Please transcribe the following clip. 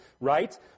right